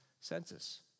census